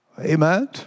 Amen